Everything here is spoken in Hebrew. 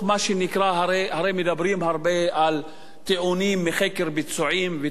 הרי מדברים הרבה על טיעונים מחקר ביצועים ותורת משחקים,